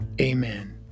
amen